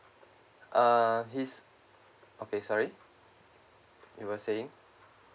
uh his okay sorry you were saying